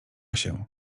się